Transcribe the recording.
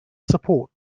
support